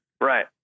Right